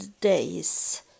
days